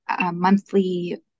monthly